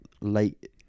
late